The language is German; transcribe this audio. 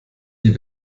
die